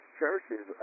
churches